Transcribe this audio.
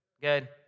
Good